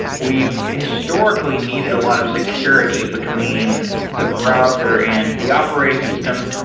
we've historically needed a lot of security between the browser and the operating system,